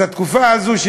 אז התקופה הזאת,